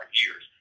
years